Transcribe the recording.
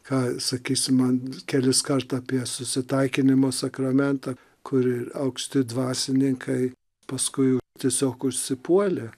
ką sakysi man keliskart apie susitaikinimo sakramentą kur ir aukšti dvasininkai paskui tiesiog užsipuolė